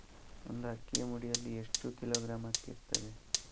ಒಂದು ಅಕ್ಕಿಯ ಮುಡಿಯಲ್ಲಿ ಎಷ್ಟು ಕಿಲೋಗ್ರಾಂ ಅಕ್ಕಿ ಇರ್ತದೆ?